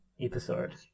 episode